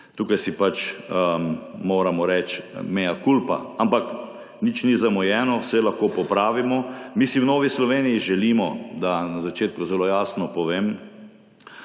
Tukaj si pač moramo reči mea culpa, ampak nič ni zamujeno, vse lahko popravimo. Mi si v Novi Sloveniji želimo, da na začetku zelo jasno povem,